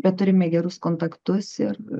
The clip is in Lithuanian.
bet turime gerus kontaktus ir